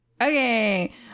Okay